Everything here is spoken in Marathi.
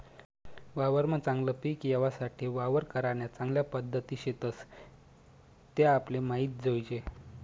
वावरमा चागलं पिक येवासाठे वावर करान्या चांगल्या पध्दती शेतस त्या आपले माहित जोयजे